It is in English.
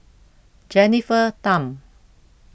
Jennifer Tham